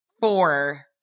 four